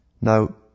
Now